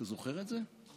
אתה זוכר את זה?